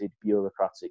bureaucratic